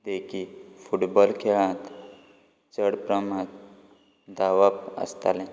देखीक फुटबॉल खेळांत चड प्रमात धावप आसतालें